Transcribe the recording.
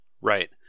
right